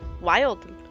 wild